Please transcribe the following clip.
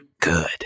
good